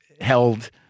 held